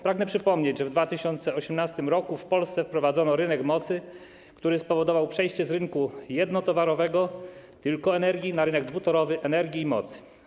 Pragnę przypomnieć, że w 2018 r. w Polsce wprowadzono rynek mocy, który spowodował przejście z rynku jednotowarowego, tylko energii, na rynek dwutowarowy, energii i mocy.